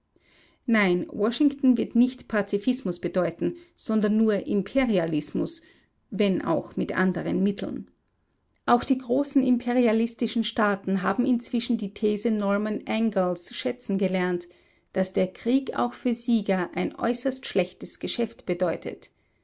nein washington wird nicht pazifismus bedeuten sondern nur imperialismus wenn auch mit anderen mitteln auch die großen imperialistischen staaten haben inzwischen die these norman angells schätzen gelernt daß der krieg auch für sieger ein äußerst schlechtes geschäft bedeutet